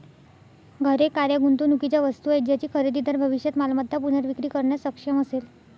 घरे, कार या गुंतवणुकीच्या वस्तू आहेत ज्याची खरेदीदार भविष्यात मालमत्ता पुनर्विक्री करण्यास सक्षम असेल